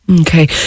Okay